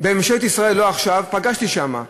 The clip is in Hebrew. בממשלת ישראל, לא עכשיו, פגשתי שם.